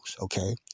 Okay